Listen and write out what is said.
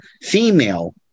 female